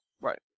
Right